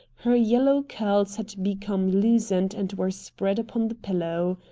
her yellow curls had become loosened and were spread upon the pillow.